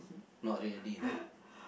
not really lah